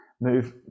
move